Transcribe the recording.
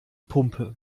pumpe